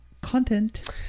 content